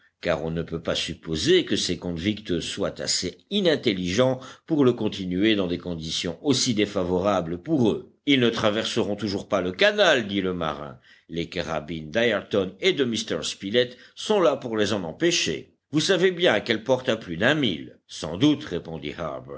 car on ne peut pas supposer que ces convicts soient assez inintelligents pour le continuer dans des conditions aussi défavorables pour eux ils ne traverseront toujours pas le canal dit le marin les carabines d'ayrton et de m spilett sont là pour les en empêcher vous savez bien qu'elles portent à plus d'un mille sans doute répondit